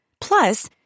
Plus